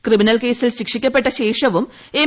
criminal കേസിൽ ശിക്ഷിക്കപ്പെട്ട ശേഷവും എം